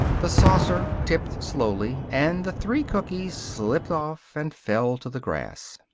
the saucer tipped slowly, and the three cookies slipped off and fell to the grass.